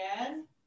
again